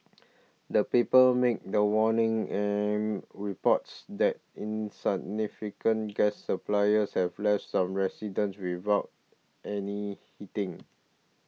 the paper made the warning and reports that insignificant gas supplies have left some residents without any heating